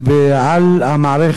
ועל המערכת,